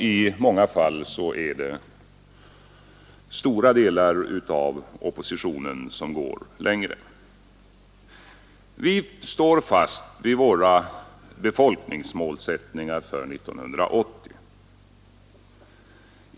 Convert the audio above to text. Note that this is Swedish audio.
I många fall går stora delar av oppositionen längre. Vi står fast vid våra befolkningsmålsättningar för 1980.